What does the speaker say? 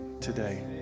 today